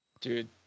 dude